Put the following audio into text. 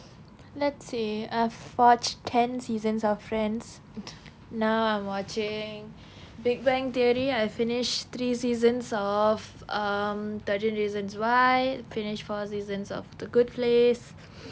let's see I've watched ten seasons of friends now I'm watching big bang theory I finished three seasons of um thirteen reasons why finish four seasons of the good place